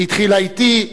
היא התחילה אתי,